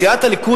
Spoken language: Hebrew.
סיעת הליכוד,